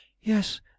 yes